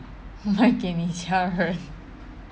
卖个你家人